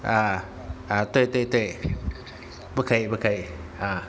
啊啊对对对不可以不可以啊